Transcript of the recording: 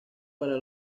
para